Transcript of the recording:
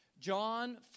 John